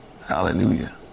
Hallelujah